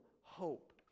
hope